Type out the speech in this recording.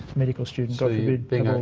medical student so we